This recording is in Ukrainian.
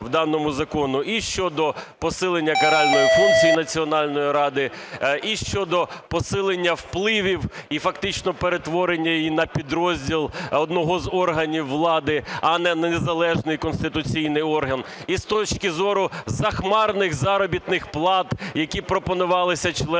в даному законі. І щодо посилення каральної функції Національної ради, і щодо посилення впливів і фактично перетворення її на підрозділ одного з органів влади, а не на незалежний конституційний орган. І з точки зору захмарних заробітних плат, які пропонувалися членам